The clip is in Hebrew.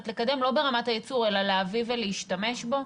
לקדם, לא ברמת הייצור אלא להביא ולהשתמש בו.